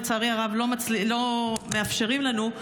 ולצערי הרב לא מאפשרים לנו.